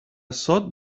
sot